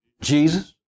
Jesus